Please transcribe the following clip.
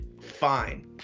fine